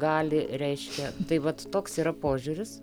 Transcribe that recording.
gali reiškia tai vat toks yra požiūris